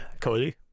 Cody